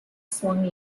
swung